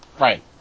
Right